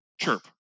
chirp